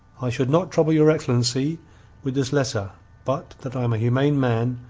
i should not trouble your excellency with this letter but that i am a humane man,